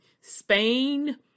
Spain